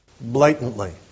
blatantly